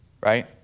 right